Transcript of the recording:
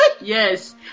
Yes